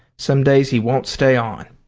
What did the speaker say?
some days he won't stay on.